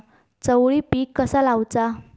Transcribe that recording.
चवळी पीक कसा लावचा?